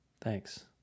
Thanks